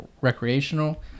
recreational